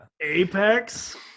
Apex